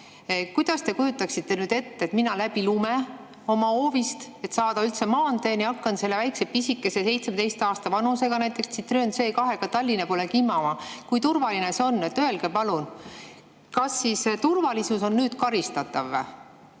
Kuidas te kujutaksite ette, et mina hakkan oma hoovist läbi lume, et saada üldse maanteeni, selle väikse, pisikese 17 aasta vanuse näiteks Citroën C2-ga Tallinna pole kimama? Kui turvaline see on? Öelge palun! Kas siis turvalisus on nüüd karistatav?